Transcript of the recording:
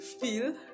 feel